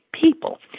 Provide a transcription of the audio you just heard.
people